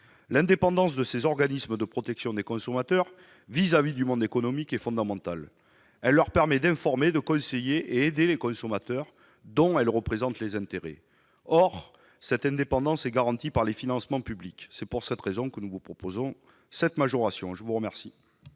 L'indépendance de ces organismes de protection des consommateurs vis-à-vis du monde économique est fondamentale. Elle leur permet d'informer, de conseiller et d'aider les consommateurs, dont elle représente les intérêts. Or, cette indépendance est garantie par les financements publics. C'est pour cette raison, mes chers collègues, que nous vous proposons cette majoration. L'amendement